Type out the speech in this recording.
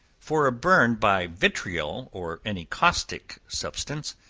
for a burn by vitriol or any caustic substance,